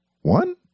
One